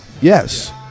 Yes